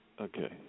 Okay